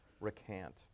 recant